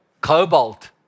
Cobalt